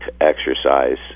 exercise